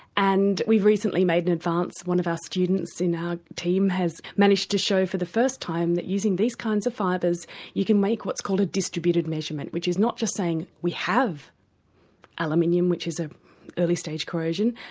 and we recently made an advance, one of our students in our team has managed to show for the first time that using these kinds of fibres you can make what is called a distributed measurement, which is not just saying we have aluminium, which is an ah early-stage corrosion,